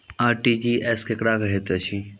RTGS केकरा कहैत अछि?